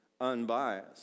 unbiased